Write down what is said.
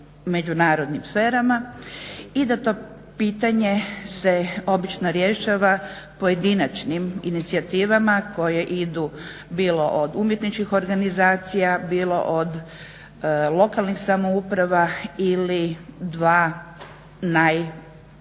međunarodnim sferama i da to pitanje se obično rješava pojedinačnim inicijativama koje idu bilo od umjetničkih organizacija, bilo od lokalnih samouprava ili dva naj